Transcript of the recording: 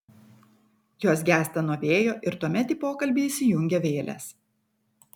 jos gęsta nuo vėjo ir tuomet į pokalbį įsijungia vėlės